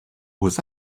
aux